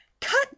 Cut